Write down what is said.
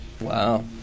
Wow